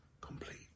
complete